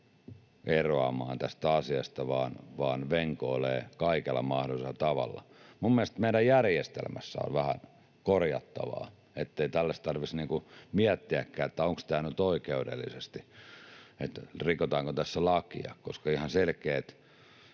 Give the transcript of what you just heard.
eroamaan tästä asiasta vaan venkoilee kaikilla mahdollisilla tavoilla. Minun mielestäni meidän järjestelmässämme on vähän korjattavaa, niin ettei tällaista tarvitsisi miettiäkään, että onko tämä nyt oikeudellisesti niin, että rikotaanko tässä lakia, koska ihan selkeät